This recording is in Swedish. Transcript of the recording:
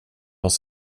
oss